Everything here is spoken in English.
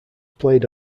played